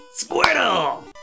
Squirtle